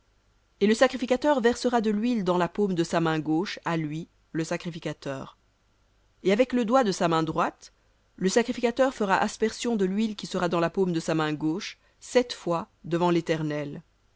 et le sacrificateur prendra du log d'huile et en versera dans la paume de sa main gauche à lui le sacrificateur et le sacrificateur trempera le doigt de sa droite dans l'huile qui est dans sa paume gauche et fera aspersion de l'huile avec son doigt sept fois devant l'éternel